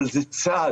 אבל זה צעד.